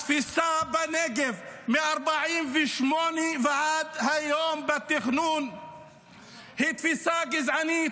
התפיסה בתכנון הנגב מ-1948 ועד היום היא תפיסה גזענית.